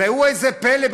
ראו איזה פלא,